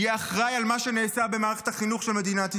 יהיה אחראי למה שנעשה במערכת החינוך של מדינת ישראל.